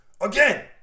Again